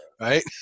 Right